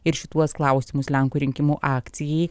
ir šituos klausimus lenkų rinkimų akcijai